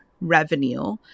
revenue